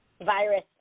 virus